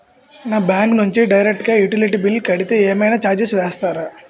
నా బ్యాంక్ నుంచి డైరెక్ట్ గా యుటిలిటీ బిల్ కడితే ఏమైనా చార్జెస్ వేస్తారా?